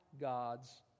God's